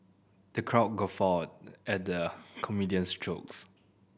the crowd guffawed at the comedian's jokes